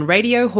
Radio